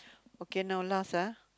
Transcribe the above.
okay now last ah